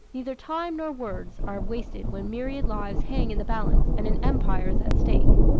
neither time nor words are wasted when myriad lives hang in the balance and an empire is at stake.